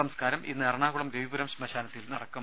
സംസ്കാരം ഇന്ന് എറണാകുളം രവിപുരം ശ്മശാനത്തിൽ നടക്കും